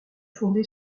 fondée